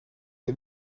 een